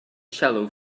shallow